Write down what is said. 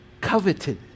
coveted